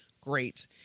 great